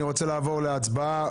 אני רוצה לעבור להצבעה.